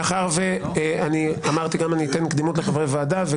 מאחר ואני אמרתי שאני גם אתן קדימות לחברי ועדה,